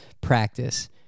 practice